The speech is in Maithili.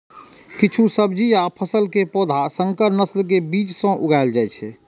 किछु सब्जी आ फसल के पौधा संकर नस्ल के बीज सं उगाएल जाइ छै